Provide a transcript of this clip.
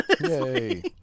Yay